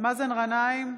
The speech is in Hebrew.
מאזן גנאים,